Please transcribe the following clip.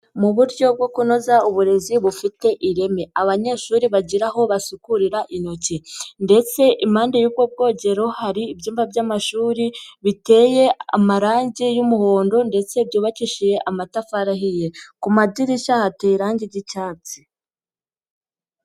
Mu buryo bwo kunoza uburezi bufite ireme. Abanyeshuri bagira aho basukuririra intoki ndetse impande y'ubwo bwogero hari ibyumba by'amashuri, biteye amarangi y'umuhondo ndetse byubakishije amatafari ahiye. Ku madirishya hateye irange ry'icyatsi.